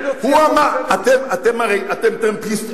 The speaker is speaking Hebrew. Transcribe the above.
אתם טרמפיסטים.